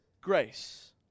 grace